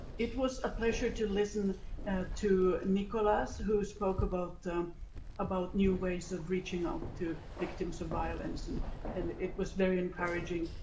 it was a pleasure to listen to nicholas, who spoke about ah about new ways of reaching out to victims of violence. and and it was very encouraging.